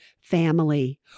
family